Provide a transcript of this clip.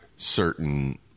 Certain